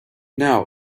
now